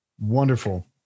Wonderful